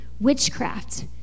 witchcraft